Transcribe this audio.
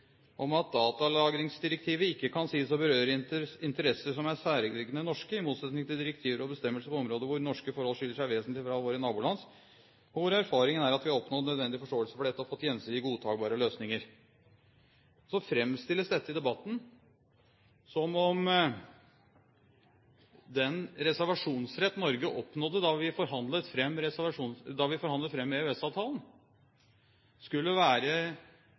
om at «datalagringsdirektivet ikke kan sies å berøre interesser som er særegne norske, i motsetning til direktiver og bestemmelser på områder hvor norske forhold skiller seg vesentlig fra våre nabolands og hvor erfaringen er at vi har oppnådd nødvendig forståelse for dette og fått gjensidige godtakbare løsninger.» Så framstilles dette i debatten som om den reservasjonsrett Norge oppnådde da vi forhandlet fram EØS-avtalen, skulle være